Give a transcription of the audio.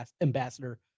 ambassador